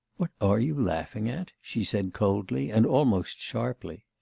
what are you laughing at she said coldly, and almost sharply.